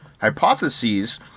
hypotheses